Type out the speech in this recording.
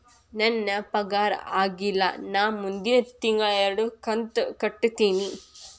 ನನ್ನ ಪಗಾರ ಆಗಿಲ್ಲ ನಾ ಮುಂದಿನ ತಿಂಗಳ ಎರಡು ಕಂತ್ ಕಟ್ಟತೇನಿ